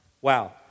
Wow